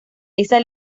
esa